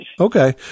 Okay